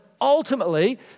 ultimately